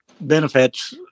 benefits